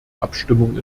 abstimmung